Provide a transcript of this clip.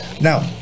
Now